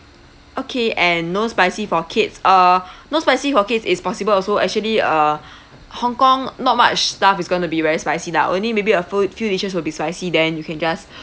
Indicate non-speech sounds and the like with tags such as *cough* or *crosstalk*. okay and no spicy for kids uh no spicy for kids is possible also actually uh *breath* hong kong not much stuff is going to be very spicy lah only maybe a fe~ few dishes will be spicy then you can just